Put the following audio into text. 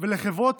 ולחברות